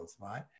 right